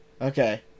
Okay